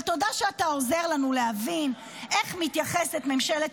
אבל תודה שאתה עוזר לנו להבין איך מתייחסים ממשלת